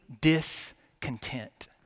discontent